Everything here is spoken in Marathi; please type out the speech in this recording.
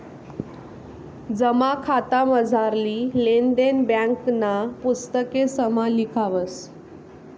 जमा खातामझारली लेन देन ब्यांकना पुस्तकेसमा लिखावस